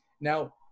now